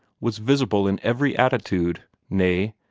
was visible in every attitude nay,